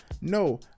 No